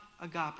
agape